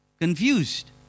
confused